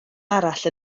arall